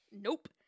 Nope